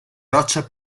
roccia